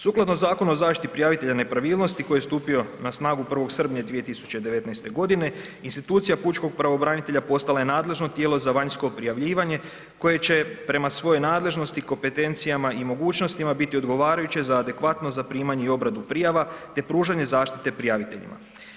Sukladno Zakonu o zaštiti prijavitelja nepravilnosti koji je stupio na snagu 1. srpnja 2019.g. institucija pučkog pravobranitelja postala je nadležno tijelo za vanjsko prijavljivanje koje će prema svojoj nadležnosti i kompetencijama i mogućnostima biti odgovarajuće za adekvatno zaprimanje i obradu prijava, te pružanje zaštite prijaviteljima.